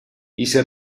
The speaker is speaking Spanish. hice